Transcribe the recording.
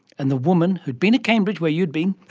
and the woman, who had been at cambridge where you had been,